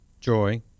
joy